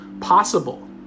possible